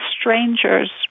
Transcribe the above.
strangers